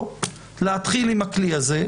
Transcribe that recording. או להתחיל עם הכלי הזה,